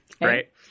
right